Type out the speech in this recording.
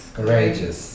Courageous